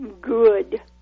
good